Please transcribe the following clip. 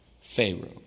Pharaoh